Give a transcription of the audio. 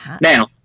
now